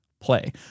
play